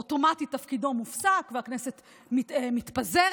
אוטומטית תפקידו מופסק והכנסת מתפזרת.